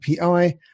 API